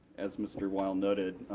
as mr. weil noted,